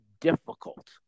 difficult